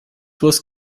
was